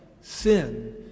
sin